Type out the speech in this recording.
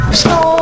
snow